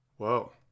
Whoa